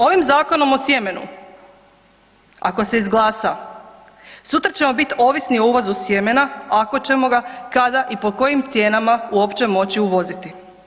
Ovim Zakonom o sjemenu ako se izglasa, sutra ćemo biti ovisni o uvozu sjemena ako ćemo ga, kada i po kojim cijenama uopće moći uvoziti.